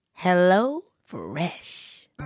HelloFresh